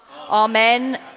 Amen